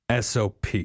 SOP